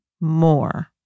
more